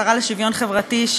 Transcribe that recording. השרה לשוויון חברתי,